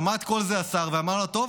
שמע את כל זה השר ואמר לה: טוב,